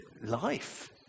life